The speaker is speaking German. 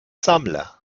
sammler